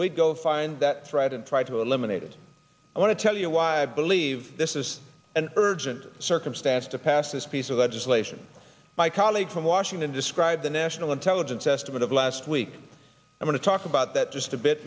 we'd go find that right and try to eliminate it i want to tell you why i believe this is an urgent circumstance to pass this piece of legislation my colleague from washington described the national intelligence estimate of last week i want to talk about that just a bit